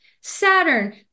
Saturn